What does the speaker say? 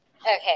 okay